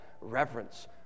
reverence